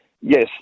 Yes